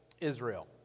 Israel